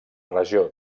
regió